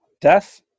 death